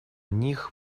них